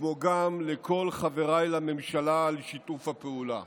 כמו גם לכל חבריי לממשלה, על שיתוף הפעולה.